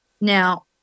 Now